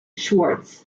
schwartz